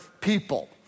people